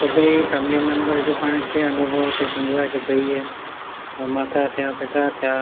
सभई family member जो पाण खे अनुभव ते थींदो आहे की भाई माता थिया पिता थिया